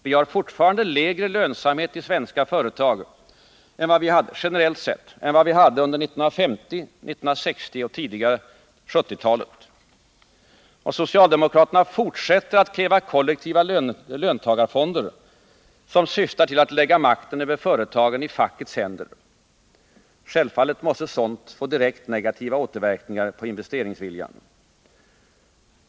Vi har fortfarande lägre lönsamhet i företagen generellt sett än vi hade under 1950-, 1960 och det tidigare 1970-talet. Och socialdemokraterna fortsätter att kräva kollektiva löntagarfonder, som syftar till att lägga makten över företagen i fackets händer. Självfallet måste sådant få direkt negativa åtverkningar på investeringsviljan.